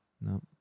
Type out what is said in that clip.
No